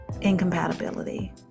incompatibility